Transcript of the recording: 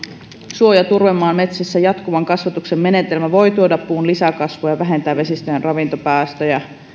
suo ja turvemaan metsissä jatkuvan kasvatuksen menetelmä voi tuoda puun lisäkasvua ja vähentää vesistöjen ravintopäästöjä